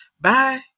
Bye